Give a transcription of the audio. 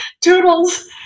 Toodles